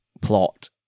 plot